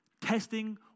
testing